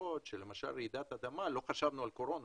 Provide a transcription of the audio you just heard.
מפותחות שחשבנו על רעידת אדמה ולא חשבנו על קורונה.